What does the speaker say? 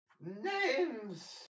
Names